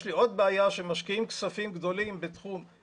יש לי עוד בעיה והיא שמשקיעים כספים גדולים בתשתיות